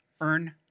earn